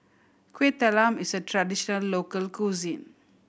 Kueh Talam is a traditional local cuisine